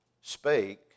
spake